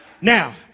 Now